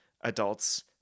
adults